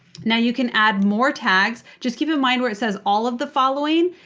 now you can add more tags. just keep in mind where it says all of the following,